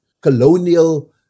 colonial